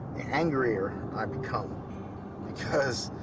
angrier i become because